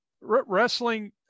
wrestling